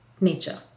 nature